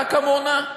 רק עמונה?